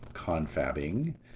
confabbing